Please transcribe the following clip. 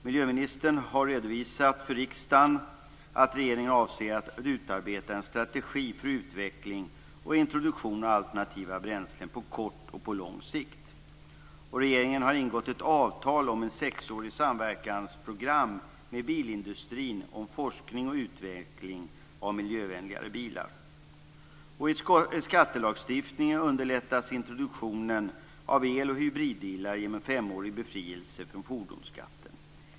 Miljöministern har redovisat för riksdagen att regeringen avser att utarbeta en strategi för utveckling och introduktion av alternativa bränslen på kort och lång sikt. Regeringen har ingått ett avtal om ett sexårigt samverkansprogram med bilindustrin om forskning och utveckling av miljövänligare bilar. I skattelagstiftningen underlättas introduktionen av el och hybridbilar genom en femårig befrielse från fordonsskatten.